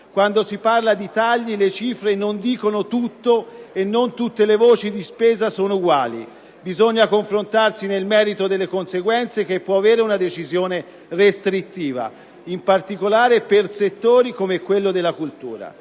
«Quando si parla di tagli, le cifre non dicono tutto e non tutte le voci di spesa sono uguali; bisogna confrontarsi nel merito delle conseguenze che può avere una decisione restrittiva, in particolare per settori come quello della cultura».